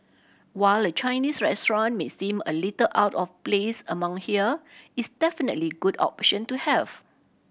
while a Chinese restaurant may seem a little out of place among here it's definitely good option to have